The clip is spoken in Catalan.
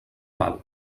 val